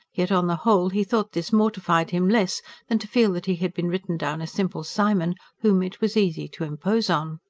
yet, on the whole, he thought this mortified him less than to feel that he had been written down a simple simon, whom it was easy to impose on.